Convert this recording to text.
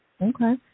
Okay